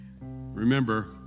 Remember